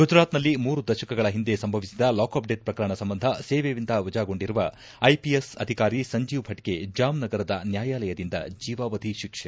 ಗುಜರಾತ್ನಲ್ಲಿ ಮೂರು ದಶಕಗಳ ಹಿಂದೆ ಸಂಭವಿಸಿದ ಲಾಕಪ್ಡೆತ್ ಪ್ರಕರಣ ಸಂಬಂಧ ಸೇವೆಯಿಂದ ವಜಾಗೊಂಡಿರುವ ಐಪಿಎಸ್ ಅಧಿಕಾರಿ ಸಂಜೀವ್ ಭಟ್ಗೆ ಜಾಮ್ನಗರದ ನ್ಯಾಯಾಲಯದಿಂದ ಜೀವಾವಧಿ ಶಿಕ್ಷೆ